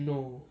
no